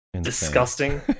disgusting